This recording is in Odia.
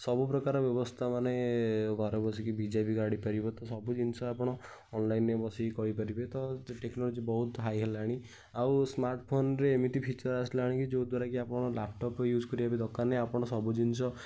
ସବୁପ୍ରକାର ବେବସ୍ତା ମାନେ ଘରେ ବସିକି ଭିଜା ବି କାଢ଼ି କ ପାରିବ ତ ସବୁ ଜିନିଷ ଆପଣ ଅନଲାଇନ୍ରେ ବସିକି କରିପାରିବେ ତ ଟେକ୍ନୋଲୋଜି ବହୁତ ହାଇ ହେଲାଣି ଆଉ ସ୍ମାର୍ଟ୍ ଫୋନ୍ରେ ଏମିତି ଫିଚର୍ ଆସିଲାଣି କି ଯେଉଁ ଦ୍ୱାରା କି ଆପଣ ଲାପଟପ୍ ୟୁଜ୍ କରିବା ବି ଦରକାର ନାହିଁ ଆପଣ ସବୁ ଜିନିଷ